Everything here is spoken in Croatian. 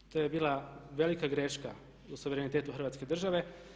To je bila velika greška u suverenitetu Hrvatske države.